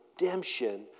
redemption